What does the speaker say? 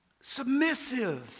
Submissive